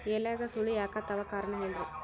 ಎಲ್ಯಾಗ ಸುಳಿ ಯಾಕಾತ್ತಾವ ಕಾರಣ ಹೇಳ್ರಿ?